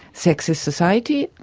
sexist society,